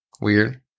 weird